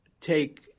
take